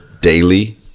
daily